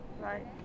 Right